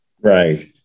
right